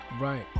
right